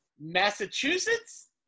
Massachusetts